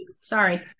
sorry